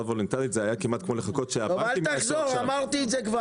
וולונטרית זה היה כמעט לחכות- - אמרתי את זה.